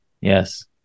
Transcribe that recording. Yes